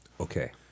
Okay